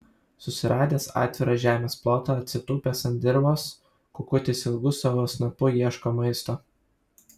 susiradęs atvirą žemės plotą atsitūpęs ant dirvos kukutis ilgu savo snapu ieško maisto